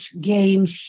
games